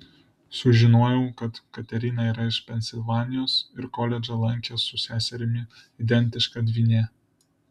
sužinojau kad katerina yra iš pensilvanijos ir koledžą lankė su seserimi identiška dvyne